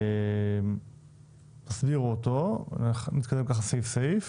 נסביר אותו, נתקדם סעיף-סעיף